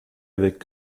avec